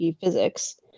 physics